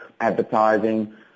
advertising